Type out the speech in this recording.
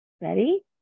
Ready